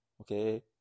okay